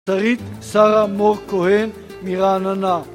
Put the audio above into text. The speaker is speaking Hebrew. שרית שרה מור כהן מרעננה